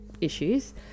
issues